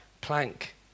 plank